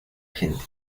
gente